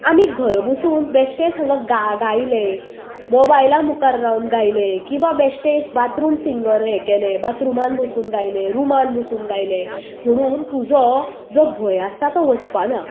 आमी घरा बसून बेश्टेंच हांगा गा गायलें मोबायला मुखार रावन गायलें किंवा बेश्टेच बाथरूम सिंगर हें केलें बाथरुमान बसून गायलें रुमान बसून गायलें म्हणून तुजो जो भंय आसता तो वचपा ना